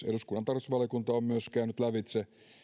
eduskunnan tarkastusvaliokunta on myös käynyt lävitse